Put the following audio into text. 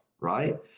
right